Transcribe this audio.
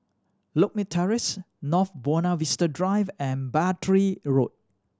Lakme Terrace North Buona Vista Drive and Battery Road